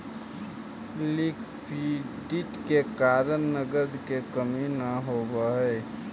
liquidity के कारण नगद के कमी न होवऽ हई